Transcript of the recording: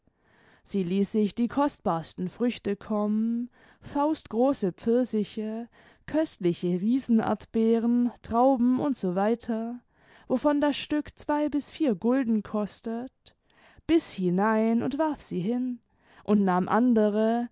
sie ließ sich die kostbarsten früchte kommen faustgroße pfirsiche köstliche riesenerdbeeren trauben usw wovon das stck zwei bis vier gulden kostet biß hinein und warf sie hin und nahm andere